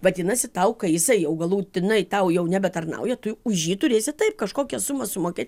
vadinasi tau ką jisai jau galutinai tau jau nebetarnauja tu už jį turėsi taip kažkokią sumą sumokėt